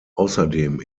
außerdem